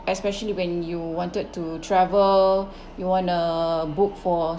especially when you wanted to travel you wanna book for